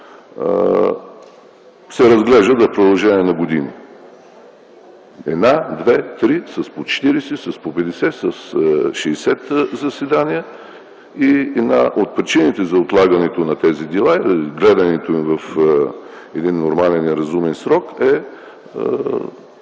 се разглеждат в продължение на години – една, две, три, с по 40, по 50, по 60 заседания. И една от причините за отлагането на тези дела и гледането им в един нормален и разумен срок и